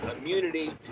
immunity